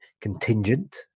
contingent